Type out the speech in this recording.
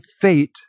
fate